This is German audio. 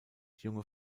junge